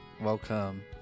Welcome